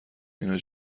این